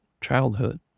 childhood